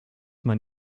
man